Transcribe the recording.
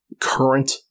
current